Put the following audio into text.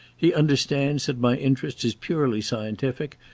he understands that my interest is purely scientific,